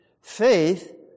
Faith